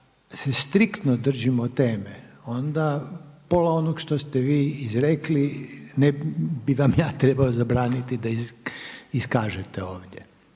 se striktno držimo teme onda pola onog što ste vi izrekli ne bi vam ja trebao da iskažete ovdje.